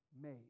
made